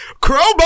Crowbar